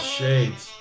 shades